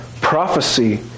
prophecy